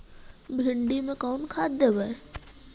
भिंडी में कोन खाद देबै?